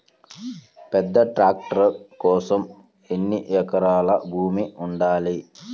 పెద్ద ట్రాక్టర్ కోసం ఎన్ని ఎకరాల భూమి ఉండాలి?